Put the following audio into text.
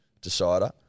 decider